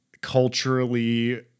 culturally